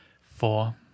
four